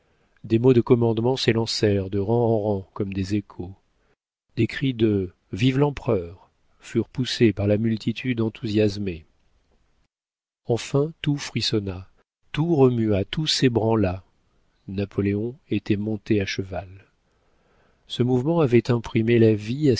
des mots de commandement s'élancèrent de rang en rang comme des échos des cris de vive l'empereur furent poussés par la multitude enthousiasmée enfin tout frissonna tout remua tout s'ébranla napoléon était monté à cheval ce mouvement avait imprimé la vie